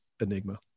Enigma